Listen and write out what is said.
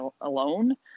alone